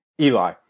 Eli